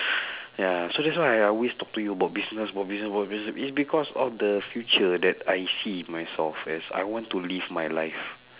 ya so that's why I I always talk to you about business about business about business is because of the future that I see myself as I want to live my life